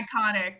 Iconic